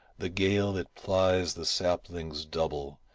the gale, it plies the saplings double,